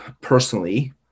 personally